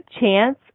chance